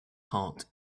heart